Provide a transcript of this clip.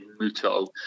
Muto